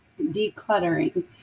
decluttering